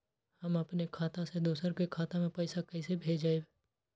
हम अपने खाता से दोसर के खाता में पैसा कइसे भेजबै?